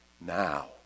now